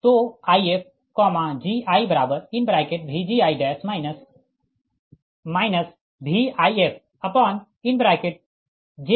तो IfgiVgi VifjxgijxTi